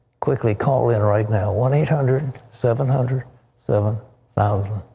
quickly calling right now, one eight hundred seven hundred seven thousand.